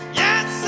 yes